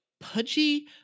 pudgy